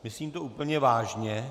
Myslím to úplně vážně.